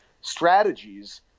strategies